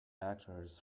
actors